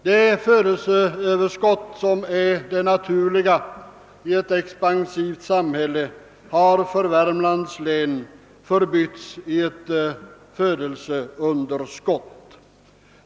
Det födelseöverskotit, som är det naturliga i ett expansivt samhälle, har för Värmlands län förbytts i ett födelseunderskott.